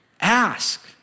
ask